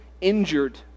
injured